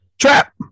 Trap